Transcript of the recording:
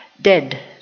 dead